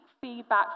Feedback